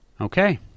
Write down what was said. Okay